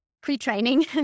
pre-training